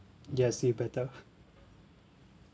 yes you better